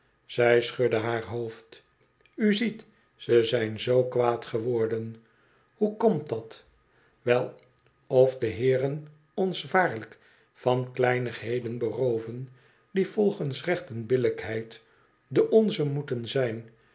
zij schudde haar hoofd u ziet ze zijn zoo kwaad geworden hoe komt dat wel of de heeren ons waarlijk van kleinigheden berooven die volgens recht en billijkheid de onze moeten zijn